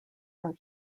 are